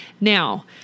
Now